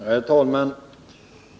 Herr talman!